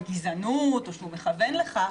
בגזענות או שהוא מכוון לכך,